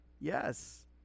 Yes